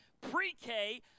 pre-K